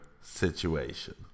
situation